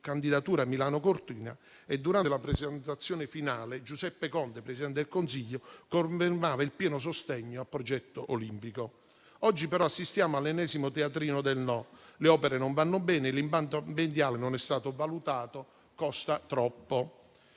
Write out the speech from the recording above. candidatura Milano-Cortina e, durante la presentazione finale, Giuseppe Conte, presidente del Consiglio, ha confermato il pieno sostegno al progetto olimpico. Oggi però assistiamo all'ennesimo teatrino del no: le opere non vanno bene; l'impatto ambientale non è stato valutato; costa troppo.